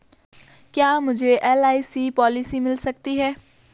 क्या मुझे एल.आई.सी पॉलिसी मिल सकती है?